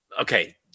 okay